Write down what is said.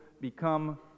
become